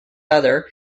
other